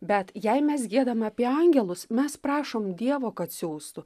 bet jei mes giedam apie angelus mes prašom dievo kad siųstų